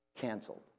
canceled